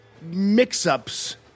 mix-ups